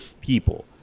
people